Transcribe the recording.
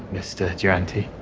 mr. duranty.